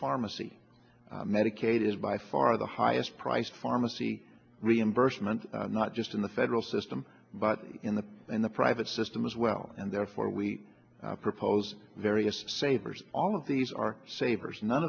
pharmacy medicaid is by far the highest priced pharmacy reimbursement not just in the federal system but in the in the private system as well and therefore we propose various savers all of these are savers none